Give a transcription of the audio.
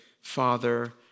Father